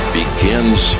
begins